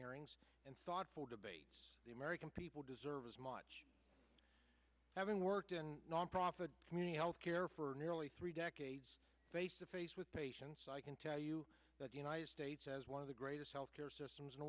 hearings and thoughtful debates the american people deserve as much having worked in nonprofit community health care for nearly three decades face to face with patients i can tell you that the united states has one of the greatest health care systems in the